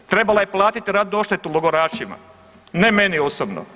Trebala je platiti ratnu odštetu logorašima, ne meni osobno.